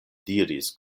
diris